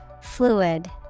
Fluid